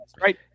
right